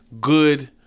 good